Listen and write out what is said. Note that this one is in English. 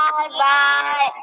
Bye-bye